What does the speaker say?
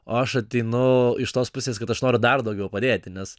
o aš ateinu iš tos pusės kad aš noriu dar daugiau padėti nes